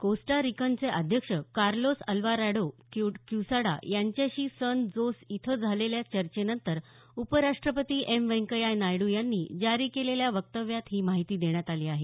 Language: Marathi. कोस्टा रिकनचे अध्यक्ष कार्लोस अल्वाराडो क्य्साडा यांच्याशी सन जोस इथं झालेल्या चर्चेनंतर उप राष्ट्रपती एम वेंकय्या नायडू यांनी जारी केलेल्या वक्तव्यात ही माहिती देण्यात आली आहे